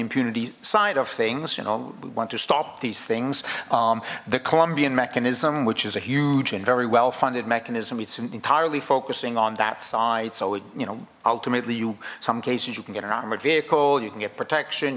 impunity side of things you know we want to stop these things the colombian mechanism which is a huge and very well funded mechanism it's entirely focusing on that side so it you know ultimately you some cases you can get an armored vehicle you can get protection